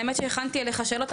האמת שהכנתי אליך שאלות,